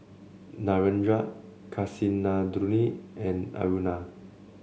Narendra Kasinadhuni and Aruna